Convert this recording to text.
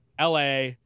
la